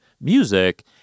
music—